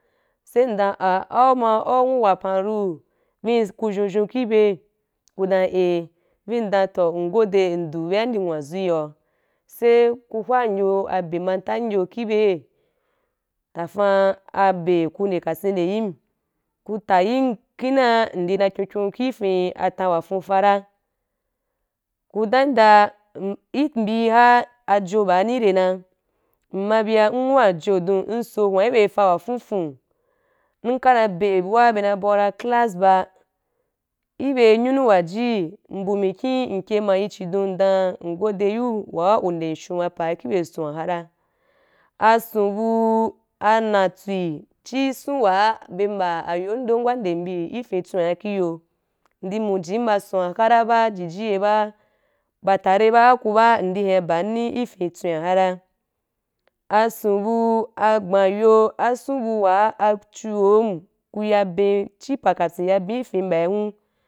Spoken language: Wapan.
Sai ndan ah auma anwu wapan ru vii se ku vyou vyou ki byei ku dan aah vii ndan to ngode ndu bya indi nwazu yo, sai ku hwan yo abe manta yo ki byeí tafan abe ku nde ka sen nde yim ku ta yim kina nde ndi na kyoukyou ki fen a tan wa fuuta ra ku dan yin dan mh i mbia avo baani i rai na mara bia nwoh ajo du nso hwan ki bye a fa wa fuufu nka na be bua bye na bau dun class ba i bye nyunu wa ji mbu mikin nke ma yi chidon ndan ngode yu wa nde son ba apaa ki bye a son’a wa ka ra ason bu anatswi chi abo wa bye naba ayondon wa nde bi i fyín tswen kí yo ndi mujim ba ason wa ka ra ba jiji ye ba, ba tare ba a ku ba ndi ya baní ki fyin tswen wa a raa, ason bu a gbanyo ason bu wa a chu hom ku ya ben chi pa wa kapyin ya ben ki mbai hun.